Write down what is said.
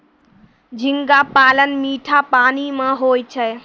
झींगा पालन मीठा पानी मे होय छै